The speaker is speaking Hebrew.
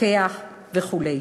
לוקח וכו'.